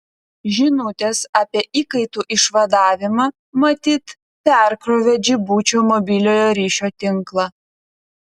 žinutės apie įkaitų išvadavimą matyt perkrovė džibučio mobiliojo ryšio tinklą